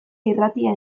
irratia